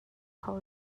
kho